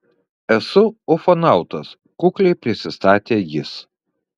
esu ufonautas kukliai prisistatė jis